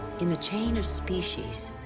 in the chain of species,